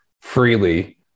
freely